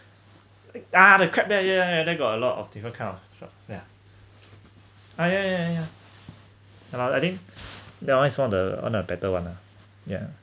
ah crab there yeah yeah yeah there got a lot of different kind of shop yeah uh yeah yeah yeah yeah and I I think that one is one of the better one ah ya